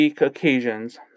occasions